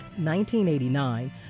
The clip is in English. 1989